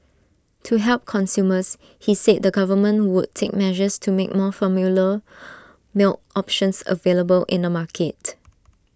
to help consumers he said the government would take measures to make more formula milk options available in the market